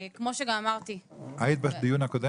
כמו שגם אמרתי --- היית בדיון הקודם?